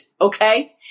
okay